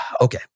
Okay